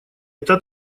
это